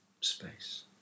space